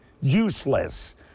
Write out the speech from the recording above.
useless